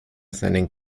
seinen